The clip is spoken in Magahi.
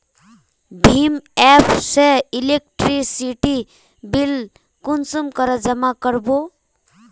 भीम एप से इलेक्ट्रिसिटी बिल कुंसम करे जमा कर बो?